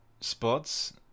spots